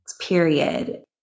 period